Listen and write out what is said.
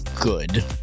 good